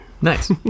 Nice